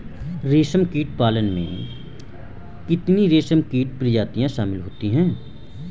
रेशमकीट पालन में कितनी रेशमकीट प्रजातियां शामिल होती हैं?